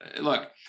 look